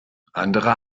andere